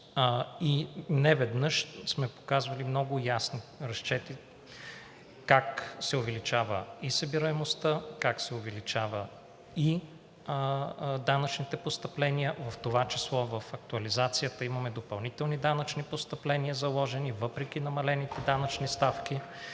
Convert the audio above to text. и неведнъж сме показвали разчети как се увеличава и събираемостта, как се увеличават и данъчните постъпления, в това число в актуализацията имаме заложени допълнителни постъпления, въпреки намалените данъчни ставки,